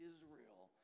Israel